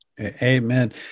Amen